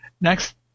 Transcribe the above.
next